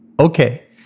Okay